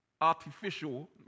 artificial